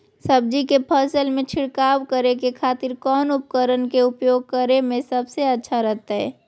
सब्जी के फसल में छिड़काव करे के खातिर कौन उपकरण के उपयोग करें में सबसे अच्छा रहतय?